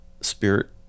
spirit